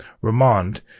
remand